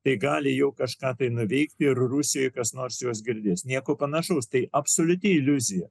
tai gali jau kažką tai nuveikti ir rusijoj kas nors juos girdi nieko panašaus tai absoliuti iliuzija